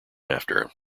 after